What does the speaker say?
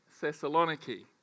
Thessaloniki